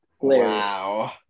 Wow